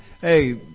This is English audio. Hey